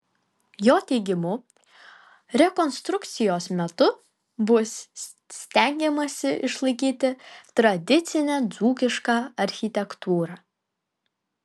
jo teigimu rekonstrukcijos metu bus stengiamasi išlaikyti tradicinę dzūkišką architektūrą